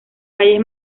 calles